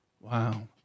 Wow